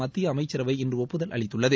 மத்திய அமைச்சரவை இன்று ஒப்புதல் அளித்துள்ளது